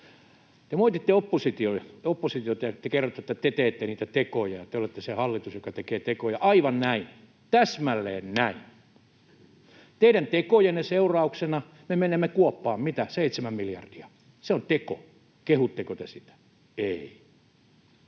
Te moititte oppositiota ja te kerrotte, että te teette niitä tekoja ja te olette se hallitus, joka tekee tekoja — aivan näin, täsmälleen näin. Teidän tekojenne seurauksena me menemme kuoppaan, mitä, 7 miljardilla — se on teko. Kehutteko te sitä? Ei.